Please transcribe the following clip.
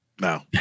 No